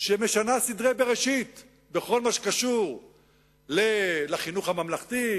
שמשנה סדרי בראשית בכל מה שקשור לחינוך הממלכתי,